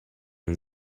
and